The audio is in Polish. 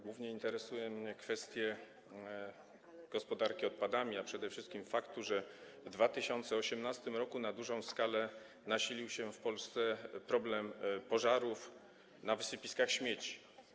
Głównie interesują mnie kwestie gospodarki odpadami, a przede wszystkim fakt, że w 2018 r. na dużą skalę nasilił się w Polsce problem pożarów na wysypiskach śmieci.